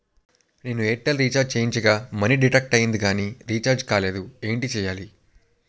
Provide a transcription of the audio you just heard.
నేను Airtel recharge చేయించగా money deduct అయ్యింది కానీ రీఛార్జ్ కాలేదు ఏంటి చేయాలి?